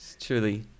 truly